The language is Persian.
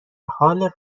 حال